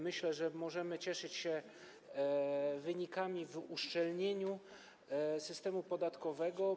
Myślę, że możemy cieszyć się wynikami w uszczelnieniu systemu podatkowego.